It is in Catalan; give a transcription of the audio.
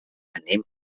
anem